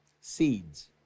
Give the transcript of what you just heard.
Seeds